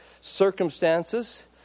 circumstances